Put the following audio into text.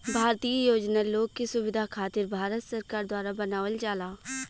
भारतीय योजना लोग के सुविधा खातिर भारत सरकार द्वारा बनावल जाला